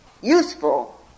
useful